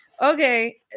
okay